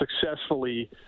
successfully